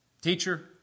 teacher